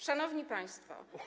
Szanowni Państwo!